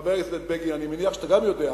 חבר הכנסת בגין, אני מניח שאתה גם יודע,